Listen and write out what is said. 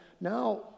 now